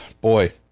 boy